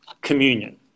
communion